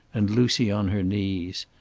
and lucy on her knees.